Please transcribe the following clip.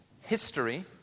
history